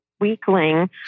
weakling